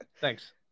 Thanks